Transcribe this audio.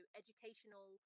educational